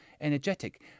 energetic